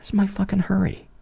my fucking hurry?